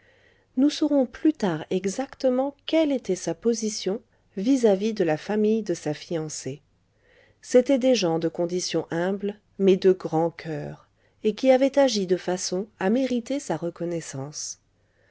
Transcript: nous saurons plus tard exactement quelle était sa position vis-à-vis de la famille de sa fiancée c'étaient des gens de condition humble mais de grand coeur et qui avaient agi de façon à mériter sa reconnaissance